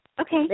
Okay